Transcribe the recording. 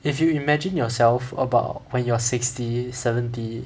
if you imagine yourself about when you are sixty seventy